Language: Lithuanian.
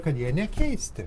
kad jie nekeisti